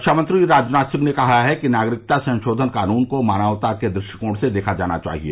रक्षा मंत्री राजनाथ सिंह ने कहा है कि नागरिकता संशोधन कानून को मानवता के दृष्टिकोण से देखा जाना चाहिए